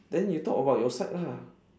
then you talk about your side lah